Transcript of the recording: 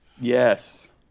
Yes